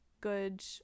good